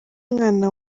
mwana